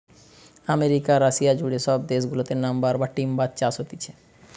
America, Russia জুড়ে সব দেশ গুলাতে লাম্বার বা টিম্বার চাষ হতিছে